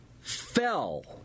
fell